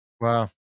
Wow